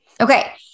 Okay